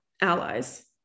allies